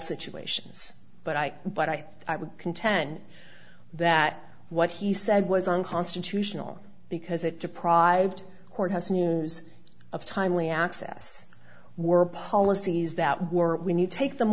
situations but i but i would contend that what he said was unconstitutional because it deprived courthouse news of timely access were policies that were we need to take them